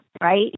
right